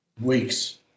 Weeks